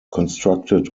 constructed